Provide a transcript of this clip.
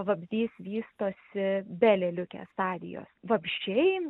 vabzdys vystosi be lėliukės stadijos vabzdžiai